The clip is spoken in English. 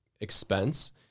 expense